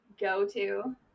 go-to